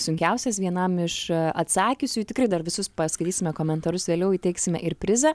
sunkiausias vienam iš atsakiusiųjų tikrai dar visus paskaitysime komentarus vėliau įteiksime ir prizą